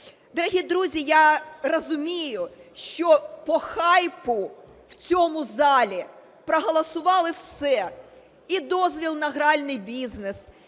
Дорогі друзі, я розумію, що по хайпу в цьому залі проголосували все: і дозвіл на гральний бізнес,